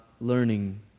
learning